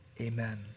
amen